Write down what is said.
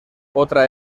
otra